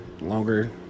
longer